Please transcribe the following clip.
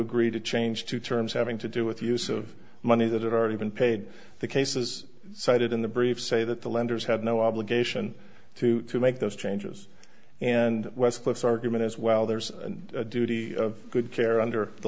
agree to change to terms having to do with use of money that already been paid the cases cited in the brief say that the lenders had no obligation to make those changes and westcliff argument is well there's a duty of good care under the